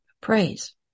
praise